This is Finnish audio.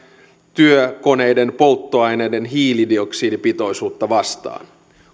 työkoneiden polttoaineiden hiilidioksidipitoisuutta vastaan